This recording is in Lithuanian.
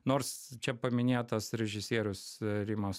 nors čia paminėtas režisierius rimas